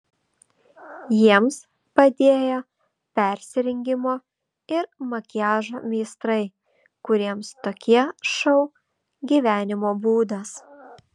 jiems padėjo persirengimo ir makiažo meistrai kuriems tokie šou gyvenimo būdas